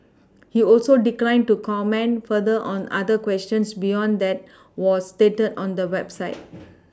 he also declined to comment further on other questions beyond that was stated on the website